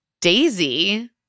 Daisy